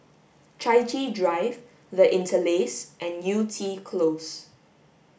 Chai Chee Drive The Interlace and Yew Tee Close